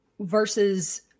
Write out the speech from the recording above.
versus